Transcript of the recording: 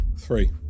Three